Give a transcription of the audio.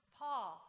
paul